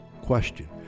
Question